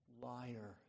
liar